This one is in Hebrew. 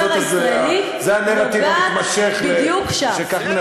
ההצעה שלנו לבוחר הישראלי נוגעת בדיוק שם.